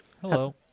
hello